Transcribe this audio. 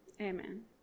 amen